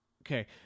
Okay